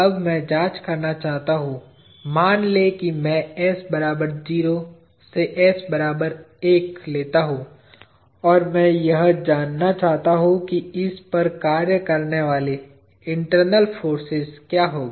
अब मैं जांच करना चाहता हूं मान लें कि मैं s 0 से s 1 लेता हूं और मैं यह जानना चाहता हूं कि इस पर कार्य करने वाली इंटरनल फोर्सेज क्या होंगी